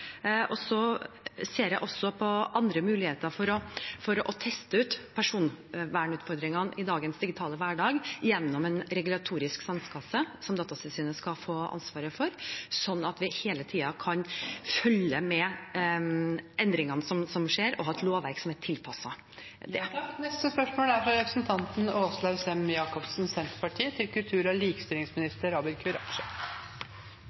Så ser jeg også på andre muligheter for å teste ut personvernutfordringene i dagens digitale hverdag gjennom en regulatorisk sandkasse som Datatilsynet skal få ansvar for, slik at vi hele tiden kan følge med på endringene som skjer, og ha et lovverk som er tilpasset. Dette spørsmålet er trukket tilbake. «Frivillighet Norge melder om at frivillige lag og organisasjoner er bekymret for om lokalleddene har nok økonomiske muskler til